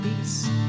peace